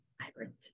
Vibrant